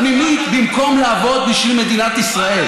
כי עושים פוליטיקה פנימית במקום לעבוד בשביל מדינת ישראל.